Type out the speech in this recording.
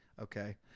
Okay